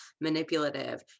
manipulative